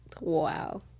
Wow